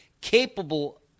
capable